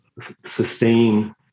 sustain